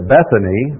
Bethany